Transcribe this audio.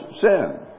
sin